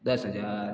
दस हजार